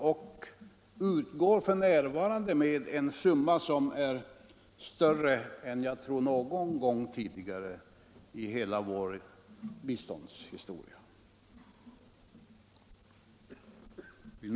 F. n. utgår det med ett belopp som jag tror är större än någon gång tidigare i vår biståndshistoria.